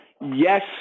Yes